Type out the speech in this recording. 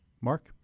Mark